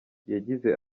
yagize